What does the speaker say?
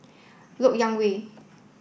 Lok Yang Way